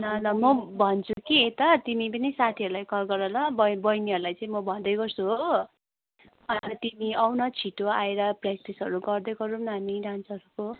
ल ल म भन्छु कि यता तिमी पनि साथीहरूलाई कल गर ल बहिनीहरूलाई चाहिँ म भन्दै गर्छु हो अन्त तिमी आऊ न छिटो आएर प्राक्टिसहरू गर्दै गरौँ न हामी डान्सहरूको